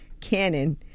Cannon